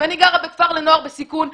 ואני גרה בכפר לנוער בסיכון,